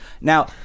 Now